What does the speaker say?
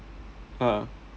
a'ah